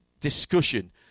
discussion